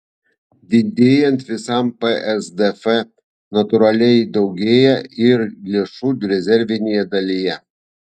didėjant visam psdf natūraliai daugėja ir lėšų rezervinėje dalyje